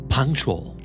Punctual